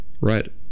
right